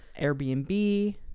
Airbnb